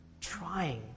trying